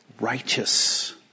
righteous